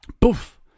poof